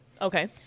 Okay